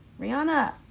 Rihanna